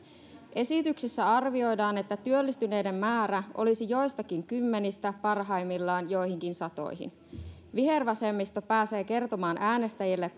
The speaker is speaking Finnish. esityksessä arvioidaan että työllistyneiden määrä olisi joistakin kymmenistä parhaimmillaan joihinkin satoihin vihervasemmisto pääsee kertomaan äänestäjille